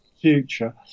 future